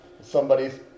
somebody's